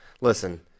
listen